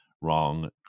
wrong